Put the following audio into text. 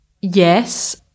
yes